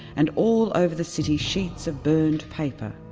and all over the city, sheets of burned paper,